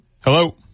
Hello